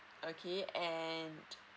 okay and